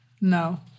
No